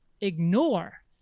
ignore